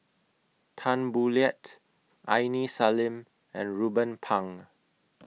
Tan Boo Liat Aini Salim and Ruben Pang